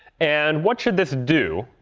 and what should this do?